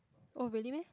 oh really meh